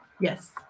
Yes